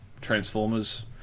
Transformers